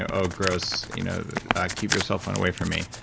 ah oh, gross you know keep your cellphone away from me.